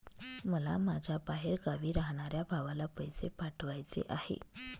मला माझ्या बाहेरगावी राहणाऱ्या भावाला पैसे पाठवायचे आहे